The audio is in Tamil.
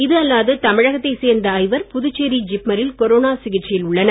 இதுஅல்லாது தமிழகத்தைச் சேர்ந்த ஐவர் புதுச்சேரி ஜிப்மரில் கொரோனா சிகிச்சையில் உள்ளனர்